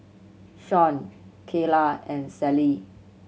Shon Kaela and Sallie